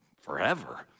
forever